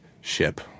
ship